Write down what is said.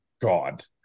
God